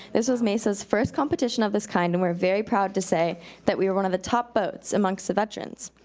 this was mesa's first competition of this kind, and we're very proud to say that we were one of the top boats amongst the veterans.